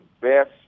best